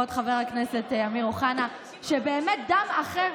כבוד חבר הכנסת אמיר אוחנה, שבאמת דם אחר,